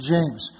James